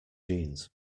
jeans